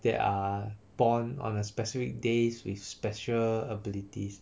they are born on a specific days with special abilities